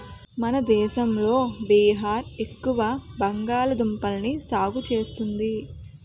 మన దేశంలో బీహార్ ఎక్కువ బంగాళదుంపల్ని సాగు చేస్తుంది